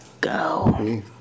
go